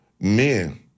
men